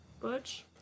Butch